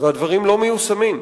והדברים לא מיושמים.